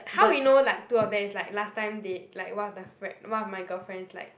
how we know like two of them is like last time they like one of the frie~ one of my girlfriends like